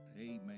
Amen